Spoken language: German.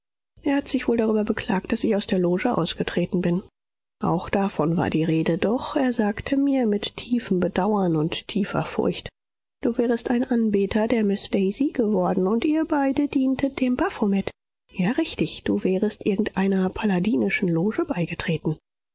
er hat sich wohl darüber beklagt daß ich aus der loge ausgetreten bin auch davon war die rede doch er sagte mir mit tiefem bedauern und tiefer furcht du wärest ein anbeter der miß daisy geworden und ihr beide dientet dem baphomet ja richtig und du wärest irgendeiner palladinischen loge beigetreten